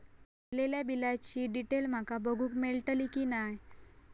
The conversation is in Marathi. भरलेल्या बिलाची डिटेल माका बघूक मेलटली की नाय?